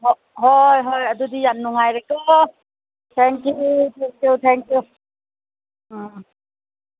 ꯍꯣꯏ ꯍꯣꯏ ꯑꯗꯨꯗꯤ ꯌꯥꯝ ꯅꯨꯡꯉꯥꯏꯔꯦꯀꯣ thank you thank you thank you um